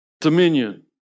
dominion